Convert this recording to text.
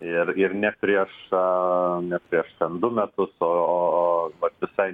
ir ir ne prieš ne prieš ten du metus o vat visai